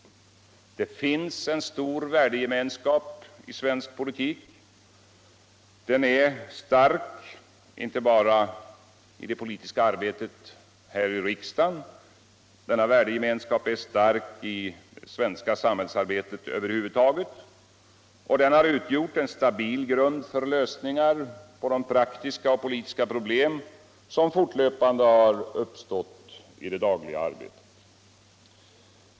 Det finns en stor värdegemenskap i den svenska politiken. Den är stark inte bara i det politiska arbetet här i riksdagen utan också i det svenska samhällsarbetet över huvud taget. Och den har utgjort en stabil grund för lösningar på de praktiska och politiska problem som fortlöpande har uppstått i det dagliga arbetet.